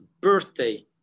birthday